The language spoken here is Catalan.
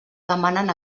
demanen